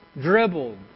dribbled